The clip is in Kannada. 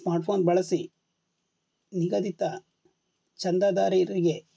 ಸ್ಮಾರ್ಟ್ಫೋನ್ ಬಳಸಿ ನಿಗದಿತ ಚಂದಾದಾರರಿಗೆ